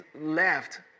left